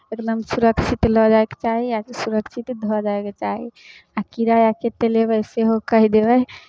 एकदम सुरक्षित लऽ जायके चाही आ सुरक्षित धऽ जायके चाही आ किराया कतेक लेबै सेहो कहि देबै